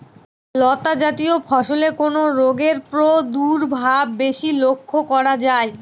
লতাজাতীয় ফসলে কোন রোগের প্রাদুর্ভাব বেশি লক্ষ্য করা যায়?